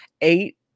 eight